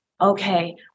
okay